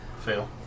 fail